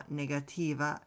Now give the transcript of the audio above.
negativa